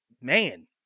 man